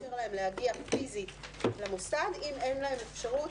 לאשר להם להגיע פיזית למוסד אם אין להם אפשרות